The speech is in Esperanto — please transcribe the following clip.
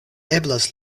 eblas